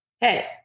Hey